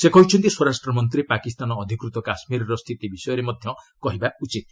ସେ କହିଛନ୍ତି ସ୍ୱରାଷ୍ଟ୍ର ମନ୍ତ୍ରୀ ପାକିସ୍ତାନ ଅଧିକୃତ କାଶ୍ୱୀରର ସ୍ଥିତି ବିଷୟରେ ମଧ୍ୟ କହିବା ଉଚିତ୍